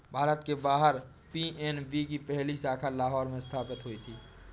भारत के बाहर पी.एन.बी की पहली शाखा लाहौर में स्थापित हुई थी